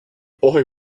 boy